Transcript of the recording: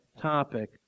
topic